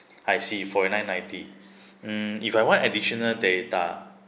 I see forty nine ninety mm if I want additional data